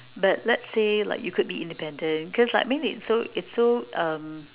but let's say like you could be independent cause like I mean it's so it's so uh